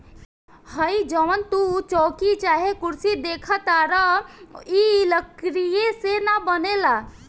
हइ जवन तू चउकी चाहे कुर्सी देखताड़ऽ इ लकड़ीये से न बनेला